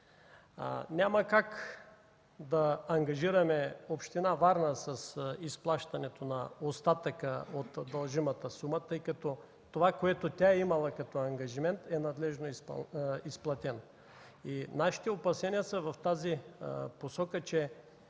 Няма как да ангажираме Община Варна с изплащането на остатъка от дължимата сума, тъй като това, което тя е имала като ангажимент, е надлежно изплатено. Нашите опасения са в тази посока, че